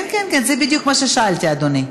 כן כן כן, זה בדיוק מה ששאלתי, אדוני.